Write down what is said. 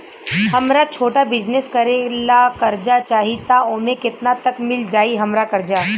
हमरा छोटा बिजनेस करे ला कर्जा चाहि त ओमे केतना तक मिल जायी हमरा कर्जा?